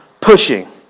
pushing